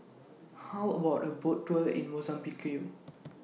How about A Boat Tour in Mozambique